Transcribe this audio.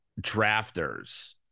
drafters